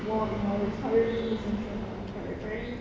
is not really essential lah but apparently